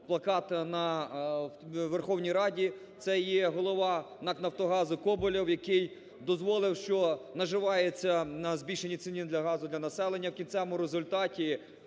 плакат на Верховній Раді, це є голова НАК "Нафтогазу" Коболєв, який дозволив, що наживається на збільшенні ціни для газу для населення. В кінцевому результаті